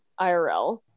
IRL